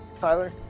Tyler